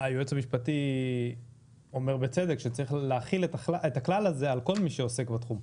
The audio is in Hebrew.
היועץ המשפטי אומר בצדק שצריך להחיל את הכלל הזה על כל מי שעוסק בתחום.